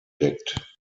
bedeckt